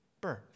birth